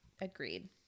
Agreed